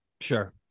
Sure